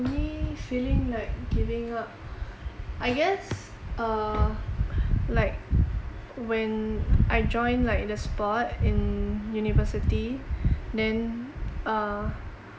for me feeling like giving up I guess uh like when I joined like the sport in university then uh